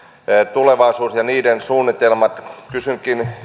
tulevaisuus ja niiden suunnitelmat kysynkin